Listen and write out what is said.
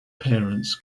parents